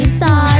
saw